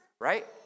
right